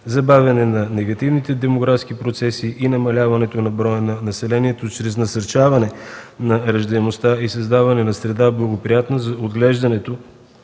забавяне на негативните демографски процеси и намаляването на броя на населението чрез насърчаване на раждаемостта и създаване на среда, благоприятна за отглеждането